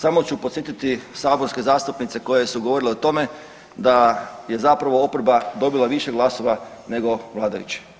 Samo ću podsjetiti saborske zastupnice koje su govorile o tome da je zapravo oporba dobila više glasova nego vladajući.